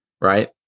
Right